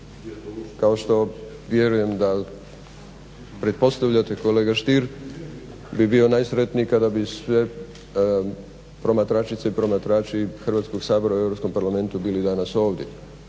kao što vjerujem da pretpostavljate kolega Stier bi bio najsretniji kada bi sve promatračice i promatrači Hrvatskog sabora u Europskom parlamentu bili danas ovdje.